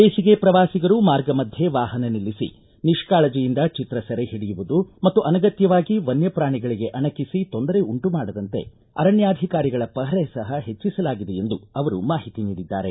ಬೇಸಿಗೆ ಪ್ರವಾಸಿಗರು ಮಾರ್ಗ ಮಧ್ಯೆ ವಾಹನ ನಿಲ್ಲಿಸಿ ನಿಷ್ಕಾಳಜಿಯಿಂದ ಚಿತ್ರ ಸೆರೆ ಹಿಡಿಯುವುದು ಮತ್ತು ಅನಗತ್ಯವಾಗಿ ವನ್ಯ ಪ್ರಾಣಿಗಳಿಗೆ ಅಣಕಿಸಿ ತೊಂದರೆ ಉಂಟುಮಾಡದಂತೆ ಅರಣ್ಯಾಧಿಕಾರಿಗಳ ಪಹರೆ ಸಹ ಹೆಚ್ಚಿಸಲಾಗಿದೆ ಎಂದು ಅವರು ಮಾಹಿತಿ ನೀಡಿದ್ದಾರೆ